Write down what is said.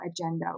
agenda